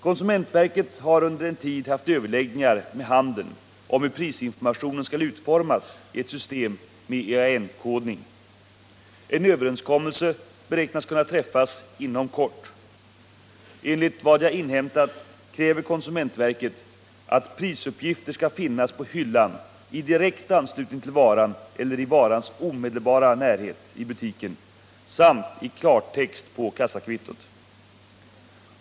Konsumentverket har under en tid haft överläggningar med handeln om hur prisinformationen skall utformas i ett system med EAN-kodning. En överenskommelse beräknas kunna träffas inom kort. Enligt vad jag inhämtat kräver konsumentverket att prisuppgifter skall finnas på hyllan i direkt anslutning till varan eller i varans omedelbara närhet i butiken samt i klartext på kassakvittot.